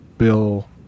Bill